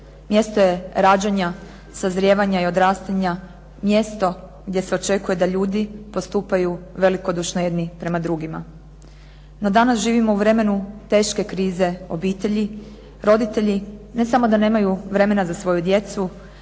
Mjesto je rađanja, sazrijevanja i odrastanja, mjesto gdje se očekuje da ljudi postupaju velikodušno jedni prema drugima. No, danas živimo u vremenu teške krize obitelji. Roditelji ne samo da nemaju vremena za svoju djecu,